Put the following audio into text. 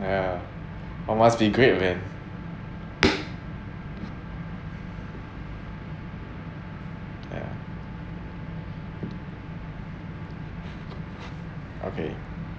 ya oh must be great then ya okay